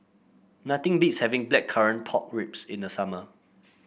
nothing beats having Blackcurrant Pork Ribs in the summer